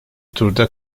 turda